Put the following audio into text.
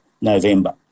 November